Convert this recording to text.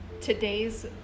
today's